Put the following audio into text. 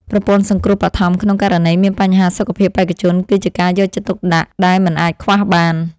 ប្រព័ន្ធសង្គ្រោះបឋមក្នុងករណីមានបញ្ហាសុខភាពបេក្ខជនគឺជាការយកចិត្តទុកដាក់ដែលមិនអាចខ្វះបាន។